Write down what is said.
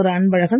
Thiru Anbazhagan